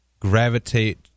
gravitate